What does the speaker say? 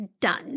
done